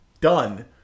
done